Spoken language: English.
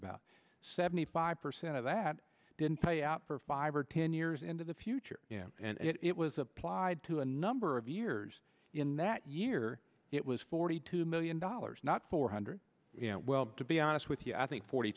about seventy five percent of that didn't pay out for five or ten years into the future and it was applied to a number of years in that year it was forty two million dollars not four hundred well to be honest with you i think forty